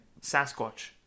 Sasquatch